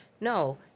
No